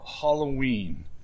Halloween